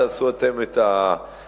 תעשו אתם את החשבון,